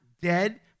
dead